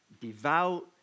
Devout